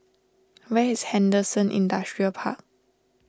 where is Henderson Industrial Park